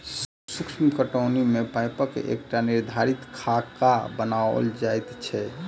सूक्ष्म पटौनी मे पाइपक एकटा निर्धारित खाका बनाओल जाइत छै